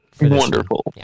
Wonderful